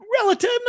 Relative